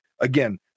Again